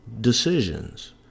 decisions